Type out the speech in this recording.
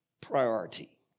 priority